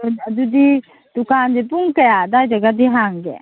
ꯑꯗꯨꯗꯤ ꯗꯨꯀꯥꯟꯁꯦ ꯄꯨꯡ ꯀꯌꯥ ꯑꯗꯥꯏꯗꯒꯗꯤ ꯍꯥꯡꯒꯦ